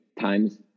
times